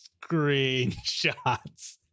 screenshots